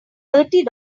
thirty